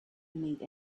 meet